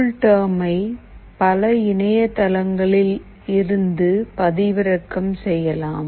கூல்டெர்மை பல இணைய தளங்களிலிருந்து பதிவிறக்கம் செய்யலாம்